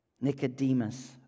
Nicodemus